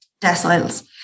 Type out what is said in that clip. deciles